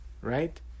right